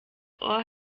ohr